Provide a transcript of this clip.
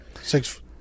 six